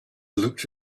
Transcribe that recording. looked